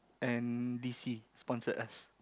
and d_c sponsored us